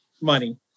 money